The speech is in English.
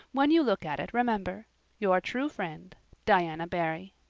when you look at it remember your true friend diana barry.